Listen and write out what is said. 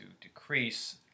decrease